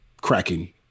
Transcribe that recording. cracking